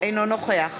אינו נוכח